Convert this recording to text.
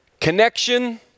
Connection